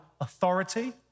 authority